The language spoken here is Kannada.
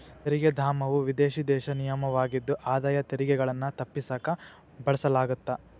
ತೆರಿಗೆ ಧಾಮವು ವಿದೇಶಿ ದೇಶ ನಿಗಮವಾಗಿದ್ದು ಆದಾಯ ತೆರಿಗೆಗಳನ್ನ ತಪ್ಪಿಸಕ ಬಳಸಲಾಗತ್ತ